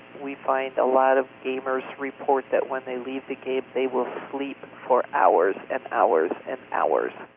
we find a lot of gamers report that when they leave the game they will sleep for hours and hours and hours.